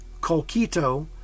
Colquito